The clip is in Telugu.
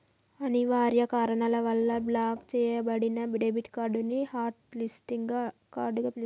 అనివార్య కారణాల వల్ల బ్లాక్ చెయ్యబడిన డెబిట్ కార్డ్ ని హాట్ లిస్టింగ్ కార్డ్ గా పిలుత్తరు